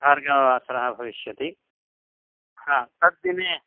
भार्गववासरः भविष्यति हा तद्दिने